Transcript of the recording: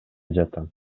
жатам